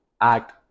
act